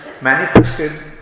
manifested